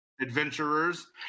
adventurers